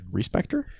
Respector